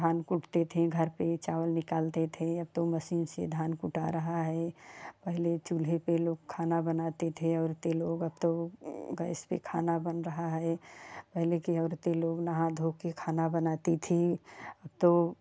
धान कूटते थे घर पर चावल निकलते थे अब तो मशीन से धान कुटा रहा है पहले चूल्हे पर लोग खाना बनाते थे औरतें लोग अब तो गैस पर खाना बन रहा है पहले की औरतें लोग नहा धोके खाना बनाती थीं अब तो